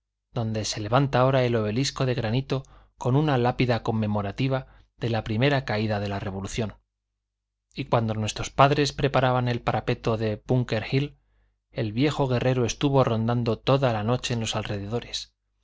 donde se levanta ahora el obelisco de granito con una lápida conmemorativa de la primera caída de la revolución y cuando nuestros padres preparaban el parapeto de búnker hill el viejo guerrero estuvo rondando toda la noche en los alrededores